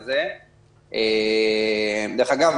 דרך אגב,